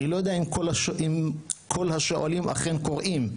אני לא יודע אם כל השואלים אכן קוראים.